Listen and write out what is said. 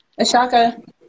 Ashaka